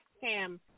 Cam